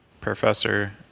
Professor